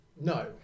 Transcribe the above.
No